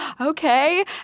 okay